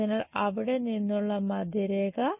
അതിനാൽ അവിടെ നിന്നുള്ള മധ്യരേഖ